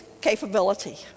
capability